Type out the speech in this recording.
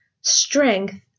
strength